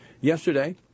Yesterday